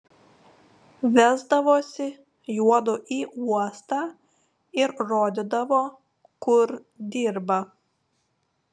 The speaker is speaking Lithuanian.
vesdavosi juodu į uostą ir rodydavo kur dirba